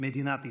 מדינת ישראל.